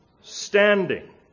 standing